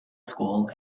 school